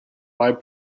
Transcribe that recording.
live